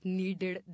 needed